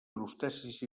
crustacis